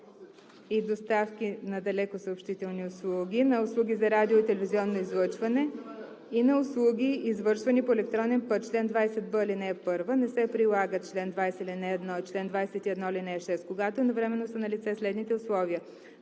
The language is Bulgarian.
и доставки на далекосъобщителни услуги, на услуги за радио- и телевизионно излъчване и на услуги, извършвани по електронен път. Чл. 20б. (1) Не се прилагат чл. 20, ал. 1 и чл. 21, ал. 6, когато едновременно са налице следните условия: